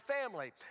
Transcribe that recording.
family